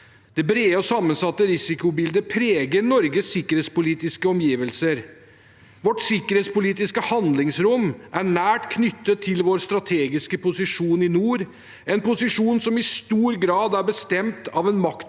Det brede og sammensatte risikobildet preger Norges sikkerhetspolitiske omgivelser. Vårt sikkerhetspolitiske handlingsrom er nært knyttet til vår strategiske posisjon i nord, en posisjon som i stor grad er bestemt av en maktpolitisk